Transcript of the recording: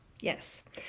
Yes